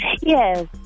Yes